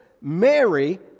Mary